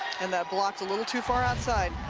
and that block a little too far outside.